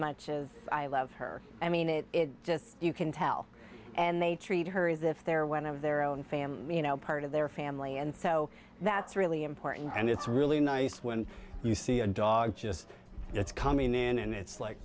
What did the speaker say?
much as i love her i mean it just you can tell and they treat her as if they're one of their own family you know part of their family and so that's really important and it's really nice when you see a dog just it's coming in and it's like